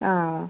അ